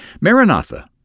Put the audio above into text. Maranatha